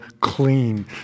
clean